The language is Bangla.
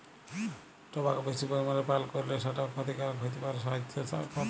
টবাক বেশি পরিমালে পাল করলে সেট খ্যতিকারক হ্যতে পারে স্বাইসথের পরতি